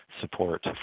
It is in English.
support